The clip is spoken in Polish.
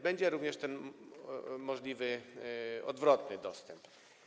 Będzie również możliwy odwrotny dostęp.